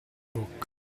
bocca